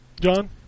John